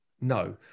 No